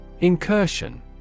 Incursion